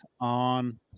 on